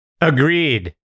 Agreed